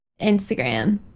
Instagram